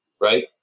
right